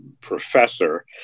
professor